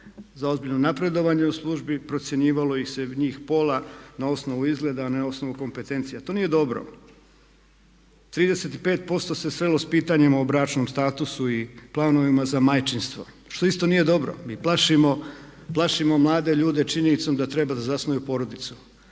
za ozbiljno napredovanje u službi, procjenjivalo ih se njih pola na osnovu izgleda a ne na osnovu kompetencija. To nije dobro. 35% se srelo s pitanjima o bračnom statusu i planovima za majčinstvo što isto nije dobro. Mi plašimo mlade ljude činjenicom da treba da zasnuju porodicu.